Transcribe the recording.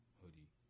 hoodie